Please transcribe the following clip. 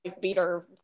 beater